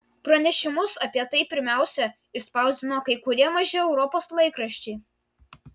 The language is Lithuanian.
pranešimus apie tai pirmiausia išspausdino kai kurie maži europos laikraščiai